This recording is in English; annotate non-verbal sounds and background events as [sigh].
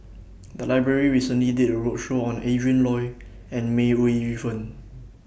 [noise] The Library recently did A roadshow on Adrin Loi and May Ooi Yu Fen